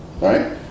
Right